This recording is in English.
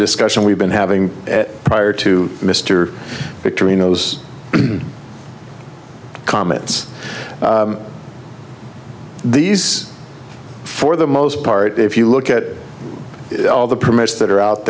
discussion we've been having prior to mr between those comments these for the most part if you look at all the permits that are out